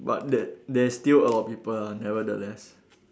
but that there is still a lot of people ah nevertheless